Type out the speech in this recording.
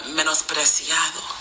menospreciado